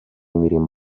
میریم